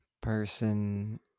person